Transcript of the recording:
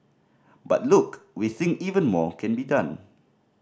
but look we think even more can be done